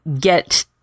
get